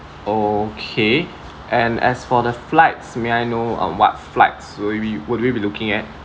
okay and as for the flights may I know um what flights will we be would we be looking at